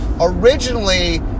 Originally